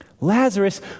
Lazarus